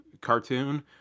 cartoon